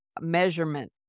measurement